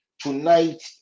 tonight